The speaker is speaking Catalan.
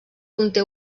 conté